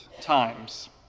times